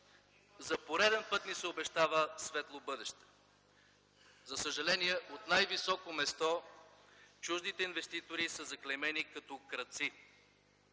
За пореден път ни се обещава светло бъдеще. За съжаление от най-високо място чуждите инвеститори са заклеймени като крадци